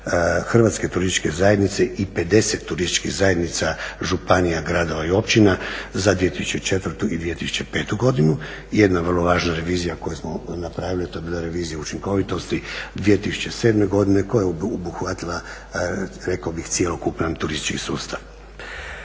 Hrvatske turističke zajednice i 50 turističkih zajednica županija, gradova i općina za 2004. i 2005. godinu. Jedna vrlo važna revizija koju smo napravili to je bila revizija o učinkovitosti 2007. godine koja je obuhvatila rekao bih cjelokupan turistički sustav.